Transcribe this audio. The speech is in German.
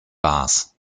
bars